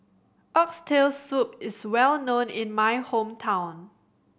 Oxtail Soup is well known in my hometown